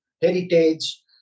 heritage